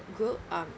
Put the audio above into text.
group um